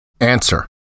Answer